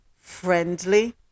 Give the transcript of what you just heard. friendly